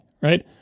right